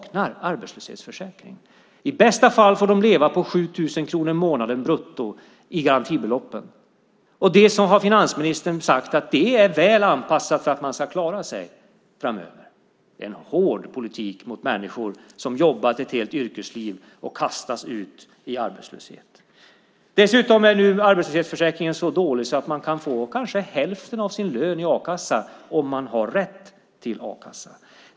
I bästa fall får de leva på 7 000 kronor i månaden brutto i garantibelopp. Det har finansministern sagt är väl anpassat för att man ska klara sig. Det är en hård politik mot människor som jobbat ett helt yrkesliv och kastas ut i arbetslöshet. Arbetslöshetsförsäkringen är nu så dålig att man kan få kanske hälften av sin lön i a-kassa, om man har rätt till a-kassa.